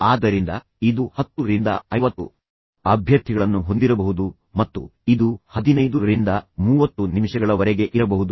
ಆದ್ದರಿಂದ ಇದು 10 ರಿಂದ 50 ಅಭ್ಯರ್ಥಿಗಳನ್ನು ಹೊಂದಿರಬಹುದು ಮತ್ತು ಇದು 15 ರಿಂದ 30 ನಿಮಿಷಗಳವರೆಗೆ ಇರಬಹುದು